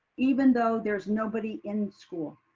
even though there's nobody in school.